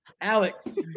Alex